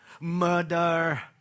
murder